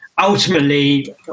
ultimately